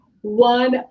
one